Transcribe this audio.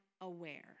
aware